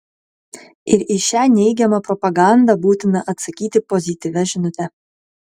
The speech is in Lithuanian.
ir į šią neigiamą propagandą būtina atsakyti pozityvia žinute